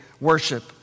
worship